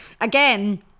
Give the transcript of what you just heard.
again